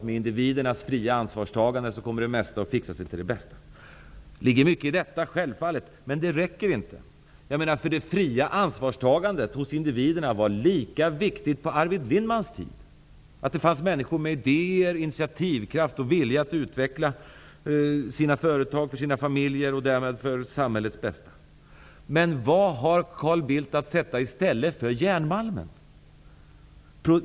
Med individernas fria ansvarstagande kommer det mesta att fixa sig till det bästa. Det ligger självfallet mycket i detta, men det räcker inte. Det fria ansvarstagandet hos individerna var lika viktigt på Arvid Lindmans tid. Det var viktigt att det fanns människor med idéer, initiativkraft och vilja att utveckla sina företag för sina familjers och därmed för samhällets bästa. Vad har Carl Bildt att sätta i stället för järnmalmen?